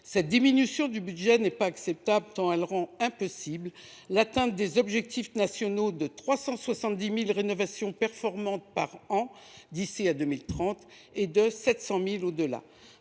Cette diminution du budget n’est pas acceptable tant elle rend impossible l’atteinte des objectifs nationaux de 370 000 rénovations performantes par an d’ici à 2030 et de 700 000